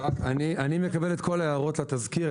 אני מקבל את כל ההערות לתזכיר.